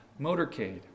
motorcade